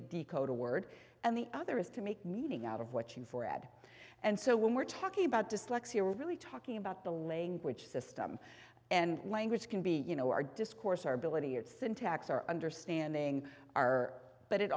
decode a word and the other is to make meaning out of what you for add and so when we're talking about dyslexia we're really talking about the language system and language can be you know our discourse our ability its syntax our understanding our but it